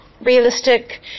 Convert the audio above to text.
realistic